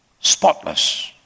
spotless